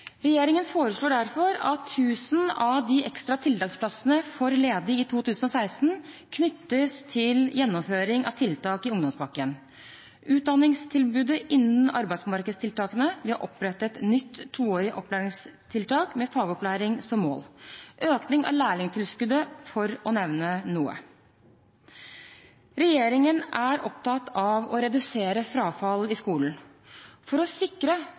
Regjeringen foreslår derfor at 1 000 av de ekstra tiltaksplassene for ledige i 2016 knyttes til gjennomføring av tiltak i ungdomspakken, og når det gjelder utdanningstilbud innen arbeidsmarkedstiltakene, opprettes et nytt toårig opplæringstiltak med fagopplæring som mål samt økning av lærlingtilskuddet – for å nevne noe. Regjeringen er opptatt av å redusere frafall i skolen. For å sikre